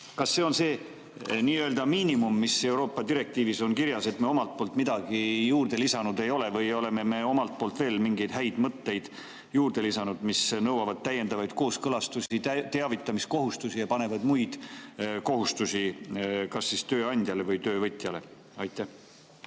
–, on see miinimum, mis Euroopa direktiivis on kirjas? Ega me omalt poolt midagi juurde lisanud ei ole? Või oleme me omalt poolt veel mingeid häid mõtteid juurde lisanud, mis nõuavad täiendavaid kooskõlastusi, teavitamiskohustusi ja muid kohustusi kas tööandjale või töövõtjale? Tänan